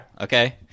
okay